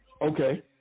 Okay